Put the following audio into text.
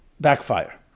backfire